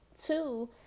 Two